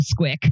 squick